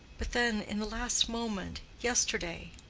but then in the last moment yesterday,